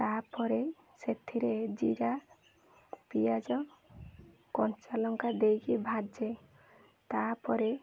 ତା'ପରେ ସେଥିରେ ଜିରା ପିଆଜ କଞ୍ଚାଲଙ୍କା ଦେଇକି ଭାଜେ ତା'ପରେ